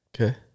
Okay